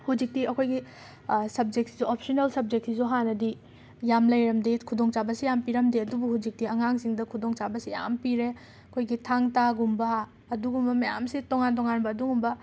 ꯍꯧꯖꯤꯛꯇꯤ ꯑꯩꯈꯣꯏꯒꯤ ꯁꯞꯖꯦꯛꯁꯨ ꯑꯣꯞꯁꯅꯦꯜ ꯁꯞꯖꯦꯛꯁꯤꯁꯨ ꯍꯥꯟꯅꯗꯤ ꯌꯥꯝꯅ ꯂꯩꯔꯝꯗꯦ ꯈꯨꯗꯣꯡꯆꯥꯕꯁꯤ ꯌꯥꯝꯅ ꯄꯤꯔꯝꯗꯦ ꯑꯗꯨꯕꯨ ꯍꯧꯖꯤꯛꯇꯤ ꯑꯉꯥꯡꯁꯤꯡꯗ ꯈꯨꯗꯣꯡꯆꯥꯕꯁꯤ ꯌꯥꯝꯅ ꯄꯤꯔꯦ ꯑꯩꯈꯣꯏꯒꯤ ꯊꯥꯡ ꯇꯥꯒꯨꯝꯕ ꯑꯗꯨꯒꯨꯝꯕ ꯃꯌꯥꯝꯁꯦ ꯇꯣꯡꯉꯥꯟ ꯇꯣꯡꯉꯥꯟꯕ ꯑꯗꯨꯒꯨꯝꯕ